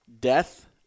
death